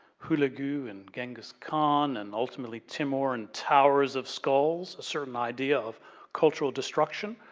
hulagu and ghengis khan, and ultimately timur and towers of skulls, a certain idea of cultural destruction.